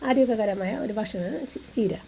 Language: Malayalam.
ആരോഗ്യകരമായ ഒരു ഭക്ഷണം ചീര